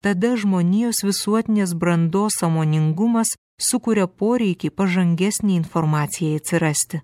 tada žmonijos visuotinės brandos sąmoningumas sukuria poreikį pažangesnei informacijai atsirasti